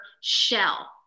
shell